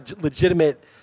legitimate